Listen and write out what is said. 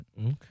Okay